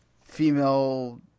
female